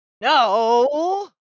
No